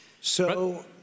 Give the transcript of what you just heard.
So-